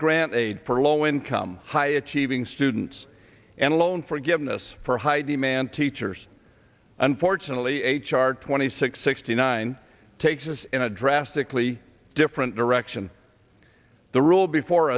grant aid for low income high achieving students and loan forgiveness for high demand teachers unfortunately h r twenty six sixty nine takes us in a drastically different direction the rule before